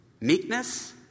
meekness